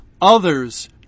others